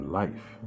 life